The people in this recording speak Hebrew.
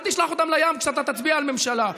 אל תשלח אותם לים כשאתה תצביע על ממשלה.